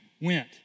went